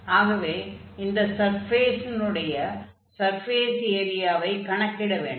ஆகவே இந்த சர்ஃபேஸினுடைய சர்ஃபேஸ் ஏரியவை கணக்கிட வேண்டும்